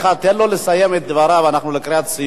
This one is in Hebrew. תן לו לסיים את דבריו, אנחנו לקראת סיום.